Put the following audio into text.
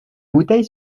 bouteille